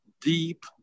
deep